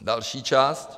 Další část.